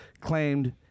claimed